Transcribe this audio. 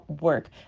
work